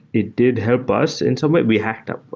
it did help us in some way. we hacked up